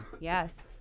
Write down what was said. Yes